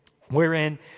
wherein